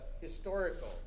historical